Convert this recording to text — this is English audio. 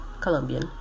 Colombian